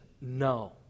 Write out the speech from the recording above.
no